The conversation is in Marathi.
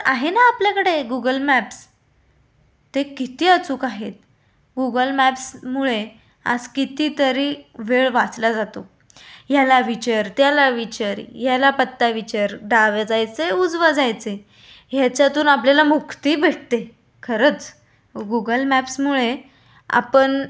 आहे ना आपल्याकडे गुगल मॅप्स ते किती अचूक आहेत गुगल मॅप्समुळे आज कितीतरी वेळ वाचला जातो ह्याला विचार त्याला विचार ह्याला पत्ता विचार डाव्या जायचंय उजवा जायचं आहे ह्याच्यातून आपल्याला मुक्ती भेटते खरंच गुगल मॅप्समुळे आपण